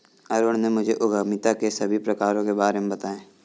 अरुण ने मुझे उद्यमिता के सभी प्रकारों के बारे में बताएं